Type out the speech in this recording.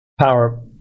power